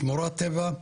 שמורת טבע,